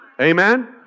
Amen